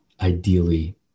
ideally